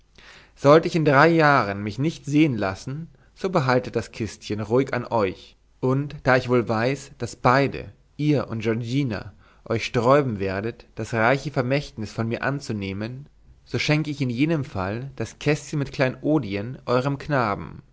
sollte ich in drei jahren mich nicht sehen lassen so behaltet das kistchen ruhig an euch und da ich wohl weiß daß beide ihr und giorgina euch sträuben werdet das reiche vermächtnis von mir anzunehmen so schenke ich in jenem fall das kästchen mit kleinodien euerm knaben